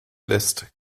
lässt